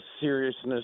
seriousness